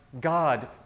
God